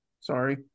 Sorry